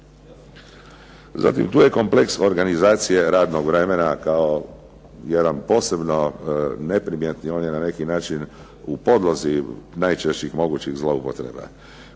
Zatim tu je kompleks organizacije radnog vremena kao jedan posebno neprimjetni, on je na neki način u podlozi najčešćih mogućih zloupotreba.